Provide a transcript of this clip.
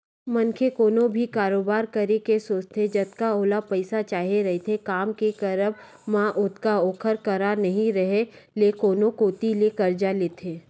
मनखे कोनो भी कारोबार करे के सोचथे जतका ओला पइसा चाही रहिथे काम के करब म ओतका ओखर करा नइ रेहे ले कोनो कोती ले करजा करथे